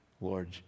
Lord